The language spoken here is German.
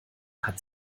hat